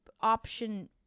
option